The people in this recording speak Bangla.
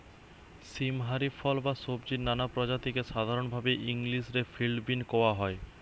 সীম হারি ফল বা সব্জির নানা প্রজাতিকে সাধরণভাবি ইংলিশ রে ফিল্ড বীন কওয়া হয়